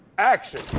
Action